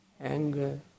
anger